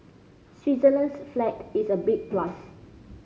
Switzerland's flag is a big plus